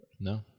No